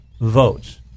votes